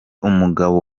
umugabo